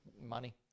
money